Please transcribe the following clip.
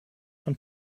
von